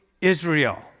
Israel